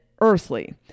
earthly